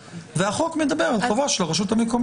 והחוק מדבר על חובה של הרשות המקומית.